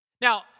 Now